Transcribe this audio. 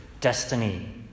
destiny